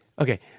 okay